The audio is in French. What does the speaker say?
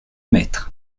mètres